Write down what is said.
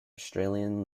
australian